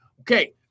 okay